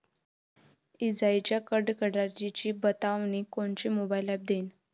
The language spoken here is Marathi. इजाइच्या कडकडाटाची बतावनी कोनचे मोबाईल ॲप देईन?